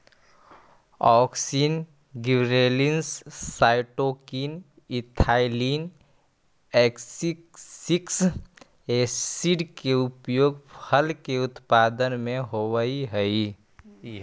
auxin, gibberellins, cytokinin, ethylene, abscisic acid के उपयोग फल के उत्पादन में होवऽ हई